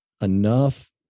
enough